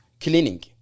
cleaning